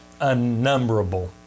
unnumberable